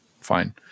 fine